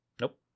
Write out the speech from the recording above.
nope